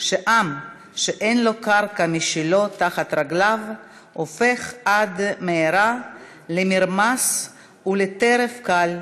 שעם שאין לו קרקע משלו תחת רגליו הופך עד מהרה למרמס ולטרף קל,